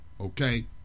Okay